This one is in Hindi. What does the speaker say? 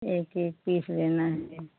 एक एक पीस लेना है